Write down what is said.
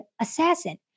assassin